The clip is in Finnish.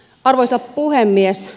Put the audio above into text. arvoisa puhemies